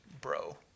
bro